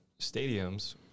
stadiums